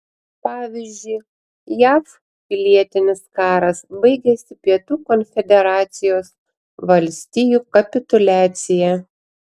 pavyzdžiui jav pilietinis karas baigėsi pietų konfederacijos valstijų kapituliacija